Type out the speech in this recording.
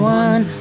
one